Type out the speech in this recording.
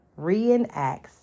reenacts